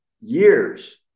years